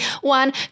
one